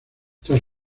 tras